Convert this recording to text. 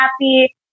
happy